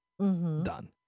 Done